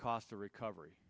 cost a recovery